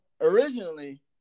originally